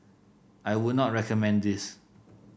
I would not recommend this